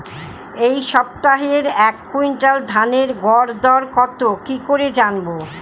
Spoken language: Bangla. এই সপ্তাহের এক কুইন্টাল ধানের গর দর কত কি করে জানবো?